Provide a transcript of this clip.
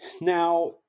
Now